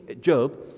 Job